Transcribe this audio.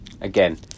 again